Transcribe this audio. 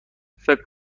فکر